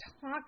talk